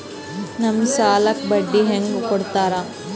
ನಮ್ ಸಾಲಕ್ ಬಡ್ಡಿ ಹ್ಯಾಂಗ ಕೊಡ್ತಾರ?